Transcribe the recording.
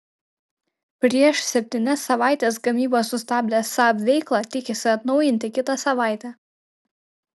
prieš septynias savaites gamybą sustabdęs saab veiklą tikisi atnaujinti kitą savaitę